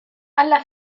alla